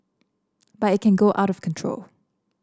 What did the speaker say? but it can go out of control